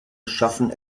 schaffen